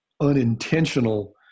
unintentional